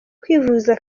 kwivuza